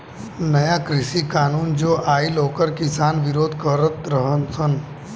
नया कृषि कानून जो आइल ओकर किसान विरोध करत रह सन